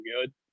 good